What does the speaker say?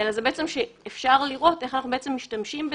אלא שאפשר לראות איך אנחנו בעצם משתמשים בזה,